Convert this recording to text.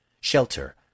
shelter